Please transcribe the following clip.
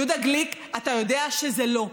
יהודה גליק, אתה יודע שזה לא.